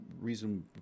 reason